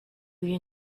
you